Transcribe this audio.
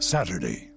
Saturday